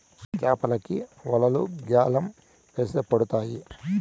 చాపలకి వలలు గ్యాలం వేసి పడతారు